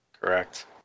Correct